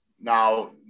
Now